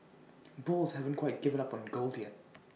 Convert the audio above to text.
bulls haven't quite given up on gold yet